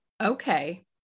okay